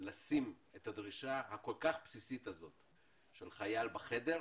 לשים את הדרישה הבסיסית הזאת של חייל בחדר,